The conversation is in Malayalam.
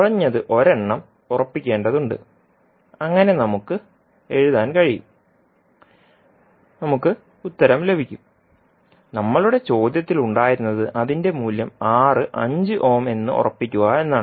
കുറഞ്ഞത് ഒരെണ്ണം ഉറപ്പിക്കേണ്ടതുണ്ട് അങ്ങനെ നമുക്ക് എഴുതാൻ കഴിയും നമുക്ക് ഉത്തരം ലഭിക്കും നമ്മളുടെ ചോദ്യത്തിൽ ഉണ്ടായിരുന്നത് അതിന്റെ മൂല്യം R 5 ഓം എന്ന് ഉറപ്പിക്കുക എന്നാണ്